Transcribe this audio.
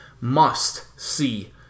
must-see